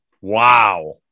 wow